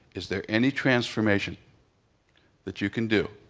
is there any transformation that you can do